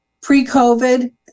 Pre-COVID